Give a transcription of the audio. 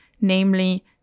namely